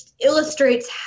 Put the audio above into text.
illustrates